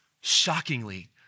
shockingly